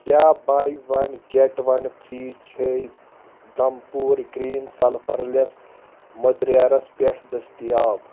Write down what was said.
کیٛاہ buy one get one free چھے دمپوٗر گرٛیٖن سلفر لٮ۪س مٔدریارس پٮ۪ٹھ دٔستیاب